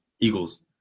Eagles